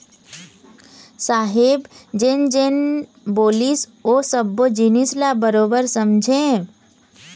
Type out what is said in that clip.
साहेब जेन जेन बोलिस ओ सब्बो जिनिस ल बरोबर समझेंव